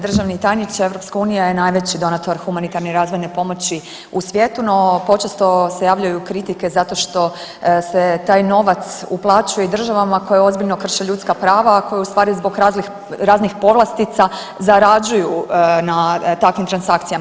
Državni tajniče EU je najveći donator humanitarne razvojne pomoći u svijetu, no počesto se javljaju kritike zato što se taj novac uplaćuje i državama koje ozbiljno krše ljudska prava, a koje ustvari zbog raznih povlastica zarađuju na takvim transakcijama.